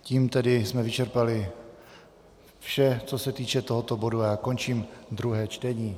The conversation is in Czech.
Tím jsme tedy vyčerpali vše, co se týče tohoto bodu, a končím druhé čtení.